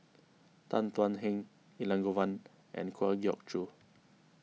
Tan Thuan Heng Elangovan and Kwa Geok Choo